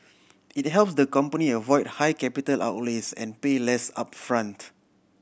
it helps the company avoid high capital outlays and pay less upfront